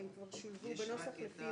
הן כבר שולבו בנוסח כפי